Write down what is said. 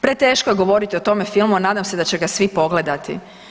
Preteško je govoriti o tome filmu, a nadam se da će ga svi pogledati.